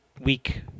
week